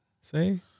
say